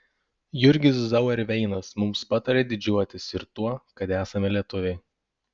jurgis zauerveinas mums patarė didžiuotis ir tuo kad esame lietuviai